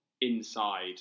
inside